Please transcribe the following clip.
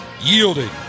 yielding